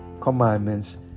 commandments